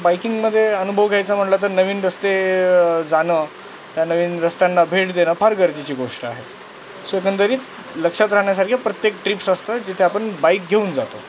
बाईकिंगमध्ये अनुभव घ्यायचा म्हटला तर नवीन रस्ते जाणं त्या नवीन रस्त्यांना भेट देणं फार गरजेची गोष्ट आहे सो एकंदरीत लक्षात राहण्यासारखे प्रत्येक ट्रिप्स असतात जिथे आपण बाईक घेऊन जातो